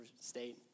state